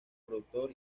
productor